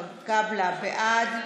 קאבלה, בעד.